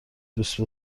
دوست